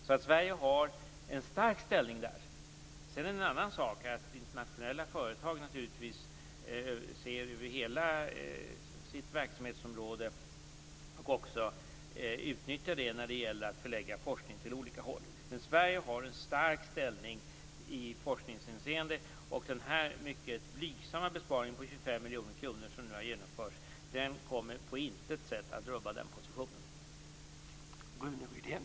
Sverige har alltså här en stark ställning. Sedan är det en annan sak att internationella företag naturligtvis ser över hela sitt verksamhetsområde och också utnyttjar detta när det gäller att förlägga forskning på olika håll. Men Sverige har en stark ställning i forskningshänseende, och den mycket blygsamma besparing på 25 miljoner kronor som nu har genomförts kommer på intet sätt att rubba den positionen.